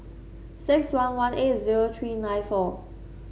six one one eight zero three nine four